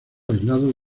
aislado